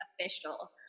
official